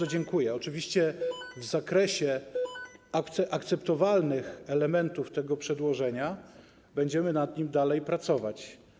Oczywiście w zakresie akceptowalnych elementów tego przedłożenia będziemy nad nim dalej pracować.